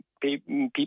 people